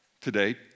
today